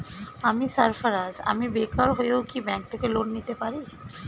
আমি সার্ফারাজ, আমি বেকার হয়েও কি ব্যঙ্ক থেকে লোন নিতে পারি?